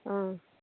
অঁ